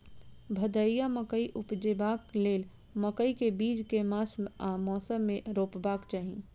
भदैया मकई उपजेबाक लेल मकई केँ बीज केँ मास आ मौसम मे रोपबाक चाहि?